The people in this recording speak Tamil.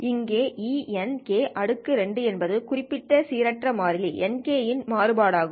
இங்கே ENk2 என்பது குறிப்பிட்ட சீரற்ற மாறி Nk இன் மாறுபாடாகும்